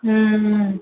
हुँ